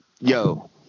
yo